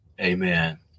Amen